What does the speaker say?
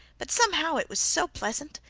but somehow it was so pleasant!